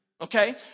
Okay